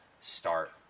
Start